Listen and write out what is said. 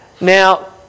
Now